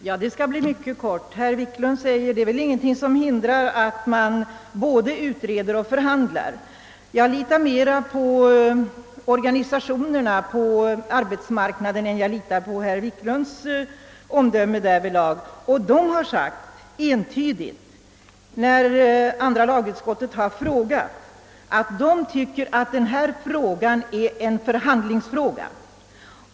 Herr talman! Herr Wiklund i Stockholm säger att ingenting hindrar att man både utreder och förhandlar. Jag litar mer på vad arbetsmarknadens organisationer har anfört än på herr Wiklunds omdöme härvidlag. Arbetsmarknadsorganisationerna har i sina yttranden över motionen framhållit att de anser detta vara en förhandlingsfråga.